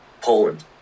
Poland